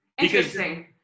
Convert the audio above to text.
Interesting